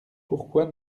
pourquoi